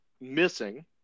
missing